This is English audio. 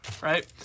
Right